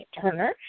Turner